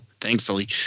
thankfully